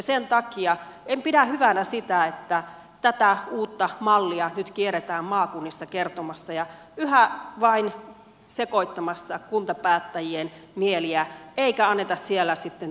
sen takia en pidä hyvänä sitä että tätä uutta mallia nyt kierretään maakunnissa kertomassa ja yhä vain sekoittamassa kuntapäättäjien mieliä eikä anneta siellä sitten työrauhaa